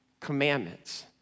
commandments